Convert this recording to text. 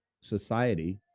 society